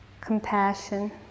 compassion